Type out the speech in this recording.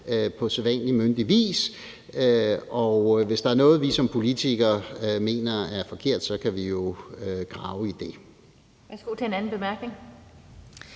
på sædvanlig myndig vis. Hvis der er noget, vi som politikere mener er forkert, kan vi jo grave i det. Kl. 13:54 Den fg.